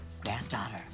granddaughter